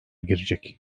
girecek